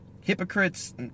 hypocrites